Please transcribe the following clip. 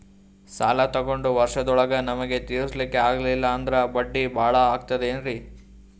ಸಾಲ ತೊಗೊಂಡು ವರ್ಷದೋಳಗ ನಮಗೆ ತೀರಿಸ್ಲಿಕಾ ಆಗಿಲ್ಲಾ ಅಂದ್ರ ಬಡ್ಡಿ ಬಹಳಾ ಆಗತಿರೆನ್ರಿ?